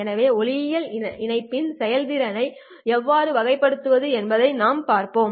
எனவே ஒளியியல் இணைப்பின் செயல்திறனை எவ்வாறு வகைப்படுத்துவது என்பதை நாங்கள் பார்த்தோம்